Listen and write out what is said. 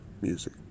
music